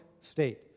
State